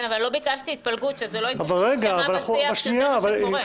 לא ביקשתי התפלגות, שלא יישמע בשיח שזה מה שקורה.